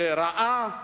ראה,